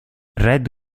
red